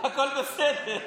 הכול בסדר.